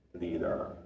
leader